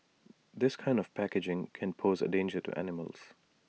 this kind of packaging can pose A danger to animals